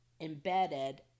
embedded